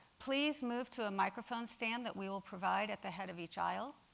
please move to a microphone stand that we will provide at the head of each aisle.